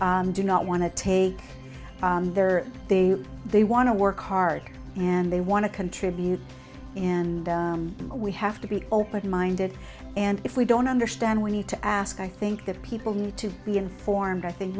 us do not want to take on their they they want to work hard and they want to contribute and we have to be open minded and if we don't understand we need to ask i think that people need to be informed i think